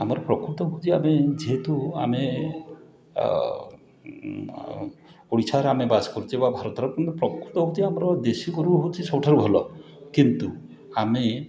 ଆମର ପ୍ରକୃତ ହେଉଛି ଆମେ ଯେହେତୁ ଆମେ ଓଡ଼ିଶାର ଆମେ ବାସ କରୁଛେ ବା ଘରଦ୍ୱାର କିନ୍ତୁ ପ୍ରକୃତ ହେଉଛି ଆମର ଦେଶି ଗୋରୁ ହେଉଛି ସବୁଠାରୁ ଭଲ କିନ୍ତୁ ଆମେ